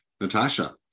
Natasha